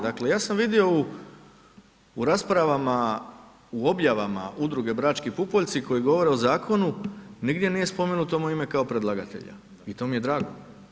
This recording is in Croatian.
Dakle, ja sam vidio u raspravama u objavama udruge Brački pupoljci koji govore o zakonu, nigdje nije spomenuto moje ime kao predlagatelja i to mi je drago.